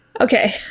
Okay